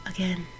Again